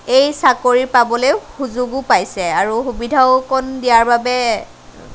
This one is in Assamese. এই চাকৰি পাবলে সুযোগো পাইছে আৰু সুবিধা কণ দিয়াৰ বাবে